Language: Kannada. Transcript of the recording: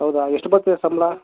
ಹೌದಾ ಎಷ್ಟು ಬರ್ತದೆ ಸಂಬಳ